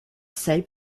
same